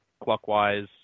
clockwise